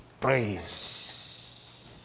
praise